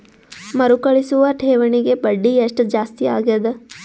ಮರುಕಳಿಸುವ ಠೇವಣಿಗೆ ಬಡ್ಡಿ ಎಷ್ಟ ಜಾಸ್ತಿ ಆಗೆದ?